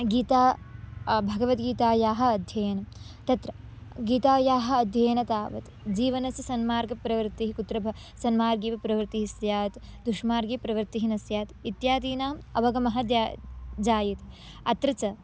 गीता भगवद्गीतायाः अध्ययनं तत्र गीतायाः अध्ययनं तावत् जीवनस्य सन्मार्गे प्रवृत्तिः कुत्र ब सन्मार्गे प्रवृत्तिः स्यात् दुष्मार्गे प्रवृत्तिः न स्यात् इत्यादीनाम् अवगमनः द्या जायते अत्र च